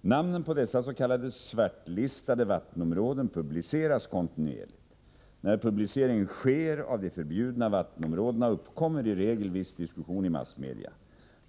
Namnen på dessa s.k. svartlistade vattenområden publiceras kontinuerligt. När publicering sker av de förbjudna vattenområdena uppkommer i regel viss diskussion i massmedia.